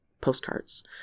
postcards